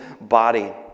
body